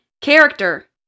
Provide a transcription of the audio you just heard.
Character